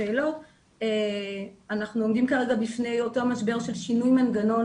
אנחנו עומדים כרגע בפני אותו משבר של שינוי מנגנון